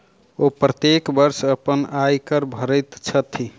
ओ प्रत्येक वर्ष अपन आय कर भरैत छथि